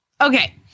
Okay